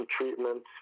treatment